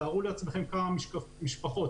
תארו לעצמכם כמה משפחות.